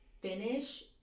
finish